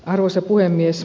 arvoisa puhemies